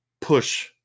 push